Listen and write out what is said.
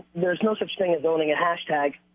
there's no such thing as owning a hashtag,